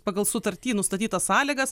pagal sutarty nustatytas sąlygas